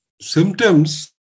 symptoms